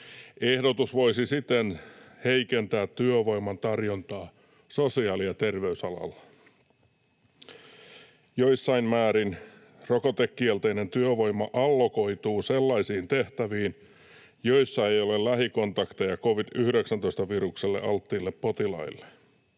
Ehdotus voisi siten heikentää työvoiman tarjontaa sosiaali‑ ja terveysalalla. Jossain määrin rokotekielteinen työvoima allokoituu sellaisiin tehtäviin, joissa ei ole lähikontakteja covid‑19-virukselle alttiille potilaille.